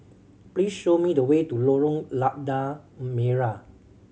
please show me the way to Lorong Lada Merah